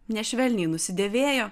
nešvelniai nusidėvėjo